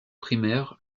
primaire